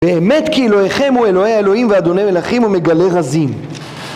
באמת, כאילו, אלוהיכם הוא אלוהי האלוהים ואדוני מלכים ומגלה רזים